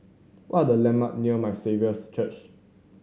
what are the landmark near My Saviour's Church